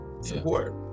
support